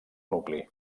nucli